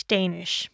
Danish